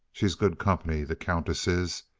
she's good company, the countess is.